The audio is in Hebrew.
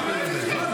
תמשיך לדבר.